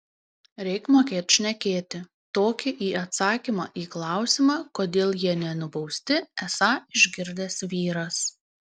reik mokėt šnekėti tokį į atsakymą į klausimą kodėl jie nenubausti esą išgirdęs vyras